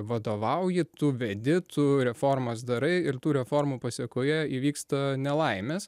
vadovauji tu vedi tu reformas darai ir tų reformų pasekoje įvyksta nelaimės